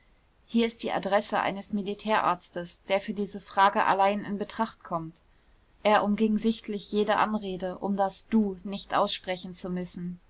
hier ist die adresse eines militärarztes der für diese frage allein in betracht kommt er umging sichtlich jede anrede um das du nicht aussprechen zu müssen